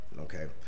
Okay